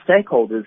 stakeholders